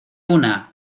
una